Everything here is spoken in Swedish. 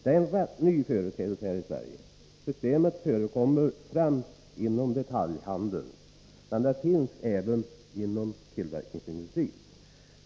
Det är en rätt ny företeelse här i Sverige. Systemet förekommer främst inom detaljhandeln, men det finns även inom tillverkningsindustrin.